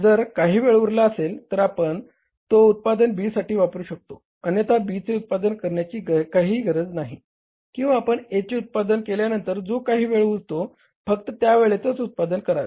जर काही वेळ उरला असेल तर आपण तो उत्पादन B साठी वापरू शकतो अन्यथा B चे उत्पादन करण्याची काहीही गरज नाही किंवा आपण A चे उत्पादन केल्यानंतर जो काही वेळ उरतो फक्त त्या वेळेतच उत्पादन करावे